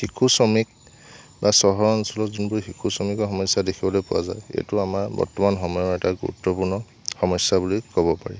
শিশু শ্ৰমিক বা চহৰ অঞ্চলৰ যোনবোৰ শিশু শ্ৰমিকৰ সমস্যা দেখিবলৈ পোৱা যায় সেইটো আমাৰ বৰ্তমান সময়ৰ এটা গুৰুত্বপূৰ্ণ সমস্যা বুলি ক'ব পাৰি